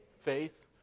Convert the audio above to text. faith